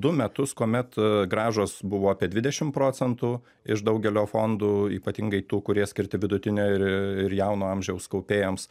du metus kuomet grąžos buvo apie dvidešimt procentų iš daugelio fondų ypatingai tų kurie skirti vidutinio ir ir jauno amžiaus kaupėjams